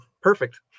perfect